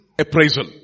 Appraisal